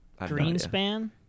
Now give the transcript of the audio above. Greenspan